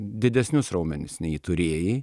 didesnius raumenis nei turėjai